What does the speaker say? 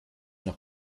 noch